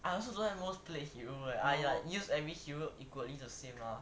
I also don't have most played hero eh I like use every hero equally the same lah